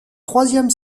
troisième